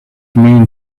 mean